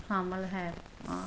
ਸ਼ਾਮਲ ਹੈ